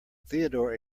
theodore